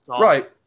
Right